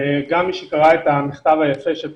גם מי שקרא את המכתב היפה של פרופ'